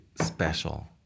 special